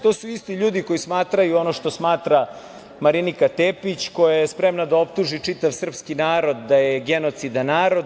To su isti ljudi koji smatraju ono što smatra Marinika Tepić, koja je spremna da optuži čitav srpski narod da je genocidan narod.